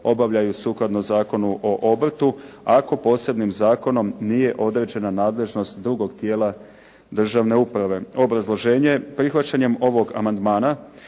obavljaju sukladno Zakonu o obrtu, ako posebnim zakonom nije određena nadležnost drugog tijela državne uprave. Prihvaćanjem ovog amandmana